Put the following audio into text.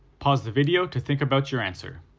pause the video to think about your answer.